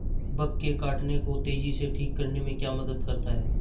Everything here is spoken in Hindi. बग के काटने को तेजी से ठीक करने में क्या मदद करता है?